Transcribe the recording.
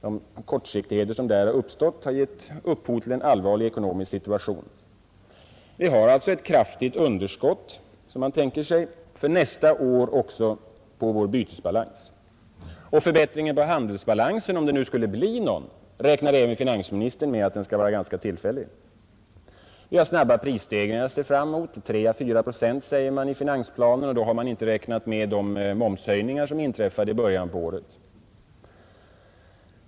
Vi har alltså ett kraftigt underskott i vår bytesbalans, och man väntar att det skall kvarstå nästa år. Och om det nu skulle bli någon förbättring på vår handelsbalans, räknar även finansministern med att den skall vara ganska tillfällig. Vi har snabba prisstegringar att se fram emot — 3—4 procent säger man i finansplanen, och då har man inte räknat med de momshöjningar som inträffade i början på året.